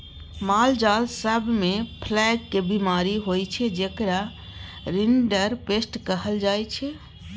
मालजाल सब मे प्लेग केर बीमारी होइ छै जेकरा रिंडरपेस्ट कहल जाइ छै